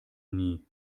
nie